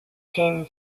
came